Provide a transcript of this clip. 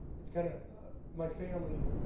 it's kind of my family